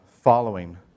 following